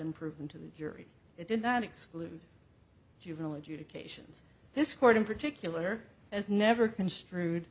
unproven to the jury it did not exclude juvenile adjudications this court in particular has never construed